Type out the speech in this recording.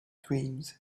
dreams